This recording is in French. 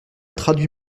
traduit